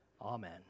Amen